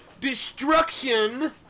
Destruction